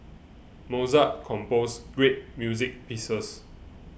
Mozart composed great music pieces